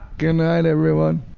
good night everyone.